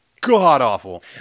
god-awful